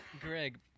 Greg